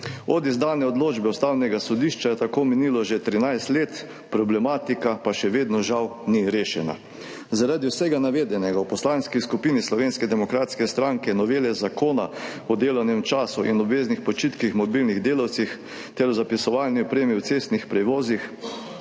Od izdane odločbe Ustavnega sodišča je tako minilo že 13 let, problematika pa še vedno žal ni rešena. Zaradi vsega navedenega v Poslanski skupini Slovenske demokratske stranke novele Zakona o delovnem času in obveznih počitkih mobilnih delavcev ter o zapisovalni opremi v cestnih prevozih